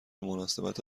مناسبت